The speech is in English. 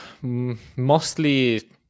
Mostly